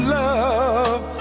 love